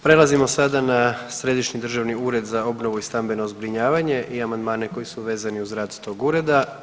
Prelazimo sada na Središnji državni ured za obnovu i stambeno zbrinjavanje i amandmane koji su vezani uz rad tog Ureda.